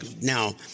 now